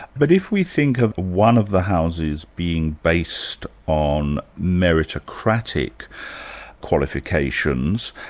but if we think of one of the houses being based on meritocratic qualifications,